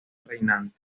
reinante